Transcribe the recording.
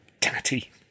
tatty